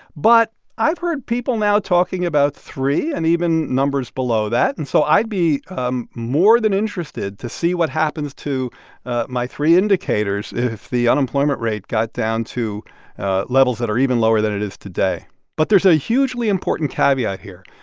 but i've heard people now talking about three and even numbers below that. and so i'd be um more than interested to see what happens to my three indicators if the unemployment rate got down to levels that are even lower than it is today but there's a hugely important caveat here.